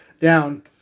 down